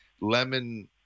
lemon